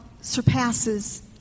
surpasses